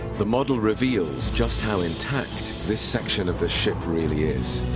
the model reveals just how intact this section of the ship really is.